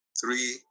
three